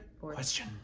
question